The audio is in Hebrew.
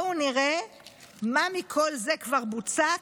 בואו נראה מה מכל זה כבר בוצע,